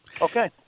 Okay